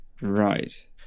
right